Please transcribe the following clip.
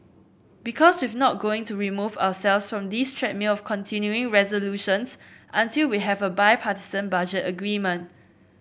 because we've not going to remove ourselves from this treadmill of continuing resolutions until we have a bipartisan budget agreement